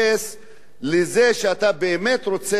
לזה שאתה באמת רוצה לעשות שלום,